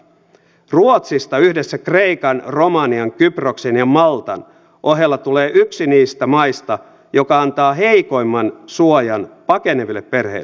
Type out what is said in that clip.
ruotsista yhdessä kreikan romanian kyproksen ja maltan ohella tulee yksi niistä maista joka antaa heikoimman suojan pakeneville perheille